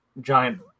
giant